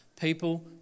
People